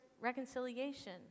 reconciliation